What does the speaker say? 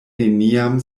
neniam